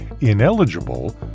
ineligible